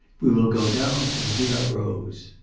we will go down to the villa rose.